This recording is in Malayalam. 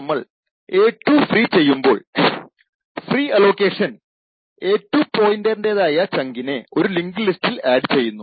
നമ്മൾ a2 ഫ്രീ ചെയ്യുമ്പോൾ ഫ്രീ അലോക്കേഷൻ a2 പോയിന്ററിന്റേതായ ചങ്കിനെ ഒരു ലിങ്ക്ഡ് ലിസ്റ്റിൽ ആഡ് ചെയ്യുന്നു